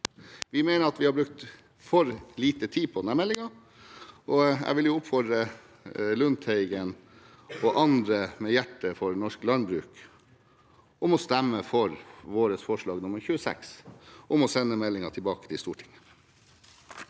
Vi mener at vi har brukt for lite tid på denne meldingen, og jeg vil oppfordre Lundteigen og andre med hjerte for norsk landbruk til å stemme for vårt forslag, nr. 26, om å sende meldingen tilbake til regjeringen.